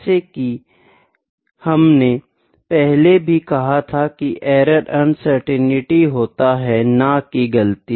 जैसा की हमने पहले भी कहा था की एरर अनसर्टेनिटी होता है न की गलती